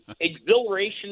exhilaration